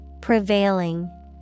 Prevailing